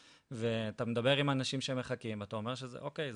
ואתה מדבר עם אנשים שמחכים ואתה אומר אוקיי,